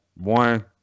one